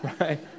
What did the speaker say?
right